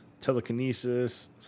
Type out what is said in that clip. Telekinesis